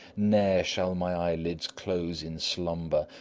ne'er shall my eyelids close in slumber,